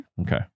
okay